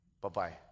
Bye-bye